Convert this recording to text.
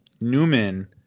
Newman